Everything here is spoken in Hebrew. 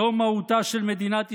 זו מהותה של מדינת ישראל,